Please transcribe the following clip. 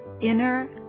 Inner